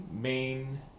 main